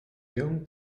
film